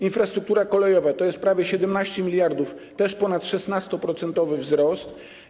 Infrastruktura kolejowa to jest prawie 17 mld, też ponad 16-procentowy wzrost.